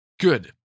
good